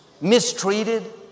mistreated